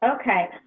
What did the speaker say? okay